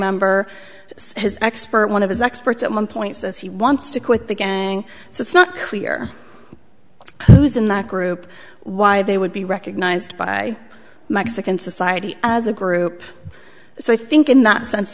member so his expert one of his experts at one point says he wants to quit the gang so it's not clear who's in that group why they would be recognized by mexican society as a group so i think in that sense